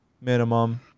minimum